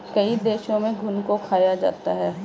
कई देशों में घुन को खाया जाता है